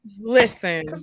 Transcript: listen